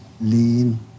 lean